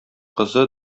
кызы